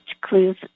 clues